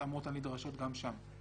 ההתאמות הנדרשות גם שם.